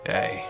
Hey